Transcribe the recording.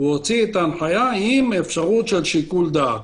הוציא את ההנחיה עם האפשרות של שיקול דעת.